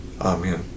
Amen